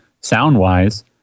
sound-wise